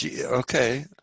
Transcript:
Okay